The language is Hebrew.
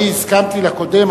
אני הסכמתי לקודם,